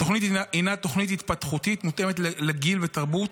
התוכנית הינה תוכנית התפתחותית מותאמת גיל ותרבות,